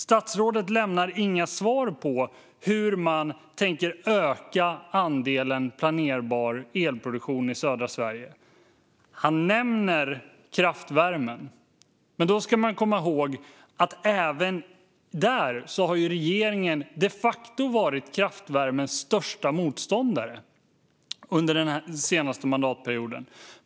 Statsrådet lämnar inga svar på hur man tänker öka andelen planerbar elproduktion i södra Sverige. Han nämner kraftvärmen, men då ska vi komma ihåg att regeringen de facto har varit kraftvärmens största motståndare under den senaste mandatperioden.